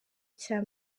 cya